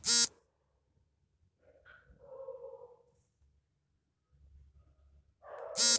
CES ಹಣ ವರ್ಗಾವಣೆಗೆ ಬ್ಯಾಂಕುಗಳು ಶುಲ್ಕ ವಿಧಿಸುತ್ತವೆ